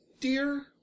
dear